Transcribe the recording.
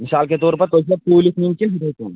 مِثال کے طور پر تُہۍ چھُوا توٗلِتھ نِوان کِنہٕ یِتھٕ کٔنۍ